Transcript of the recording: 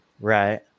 right